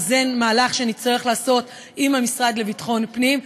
וזה מהלך שנצטרך לעשות עם המשרד לביטחון פנים,